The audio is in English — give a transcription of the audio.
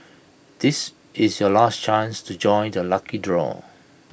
this is your last chance to join the lucky draw